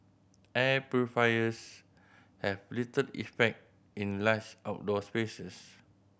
air purifiers have little effect in large outdoor spaces